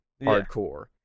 hardcore